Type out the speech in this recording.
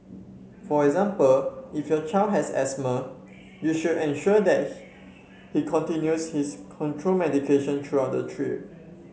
for example if your child has asthma you should ensure that he continues his control medication during the trip